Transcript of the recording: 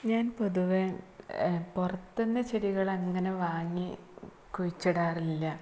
ഞാന് പൊതുവേ പുറത്തുനിന്നു ചെടികളങ്ങനെ വാങ്ങി കുഴിച്ചിടാറില്ല